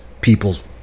people's